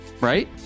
right